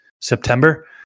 September